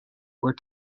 were